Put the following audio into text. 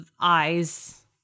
eyes